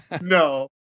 No